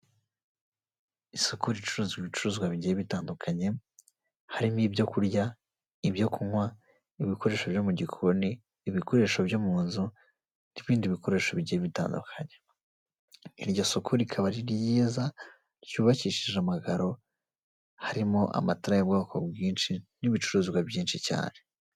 Isoko ricuruza ibicuruzwa bigiye bitandukanye harimo: ibyo kurya, ibyo kunywa, n' ibikoresho byo mu gikoni, ibikoresho byo mu nzu, n'ibindi bikoresho bigiye bitandukanye. iryo soko rikaba ari ryiza ryubakishije amakaro harimo: amatara y'bwoko bwinshi ,n'ibicuruzwa byinshi cyane.